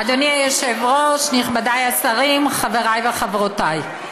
אדוני היושב-ראש, נכבדיי השרים, חבריי וחברותיי.